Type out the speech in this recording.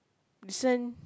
this one